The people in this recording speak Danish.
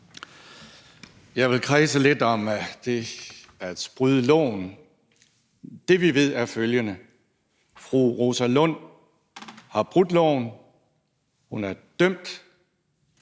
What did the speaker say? Jeg vil kredse lidt om det at bryde loven. Det, vi ved, er følgende: Fru Rosa Lund har brudt loven, hun er dømt